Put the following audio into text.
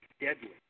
deadly